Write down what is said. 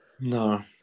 No